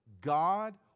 God